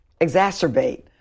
exacerbate